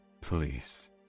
Please